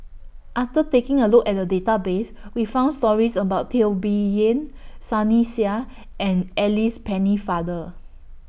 after taking A Look At The Database We found stories about Teo Bee Yen Sunny Sia and Alice Pennefather